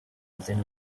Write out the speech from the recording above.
then